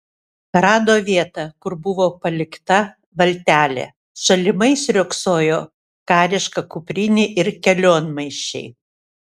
rado vietą kur buvo palikta valtelė šalimais riogsojo kariška kuprinė ir kelionmaišiai